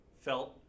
felt